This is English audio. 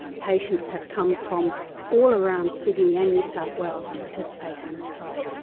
patients have come from all around sydney and new south wales to participate in this trial.